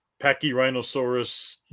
Pachyrhinosaurus